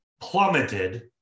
plummeted